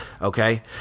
Okay